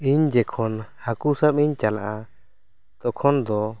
ᱤᱧ ᱡᱚᱠᱷᱚᱱ ᱦᱟᱹᱠᱩ ᱥᱟᱵ ᱤᱧ ᱪᱟᱞᱟᱜᱼᱟ ᱛᱚᱠᱷᱚᱱ ᱫᱚ